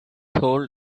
hold